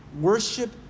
worship